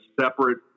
separate